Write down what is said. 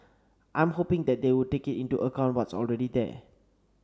I'm hoping that they would take into account what's already there